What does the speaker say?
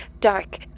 dark